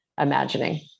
imagining